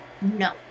No